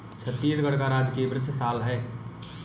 छत्तीसगढ़ का राजकीय वृक्ष साल है